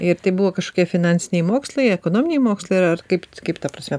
ir tai buvo kažkokie finansiniai mokslai ekonominiai mokslai ar ar kaip kaip ta prasme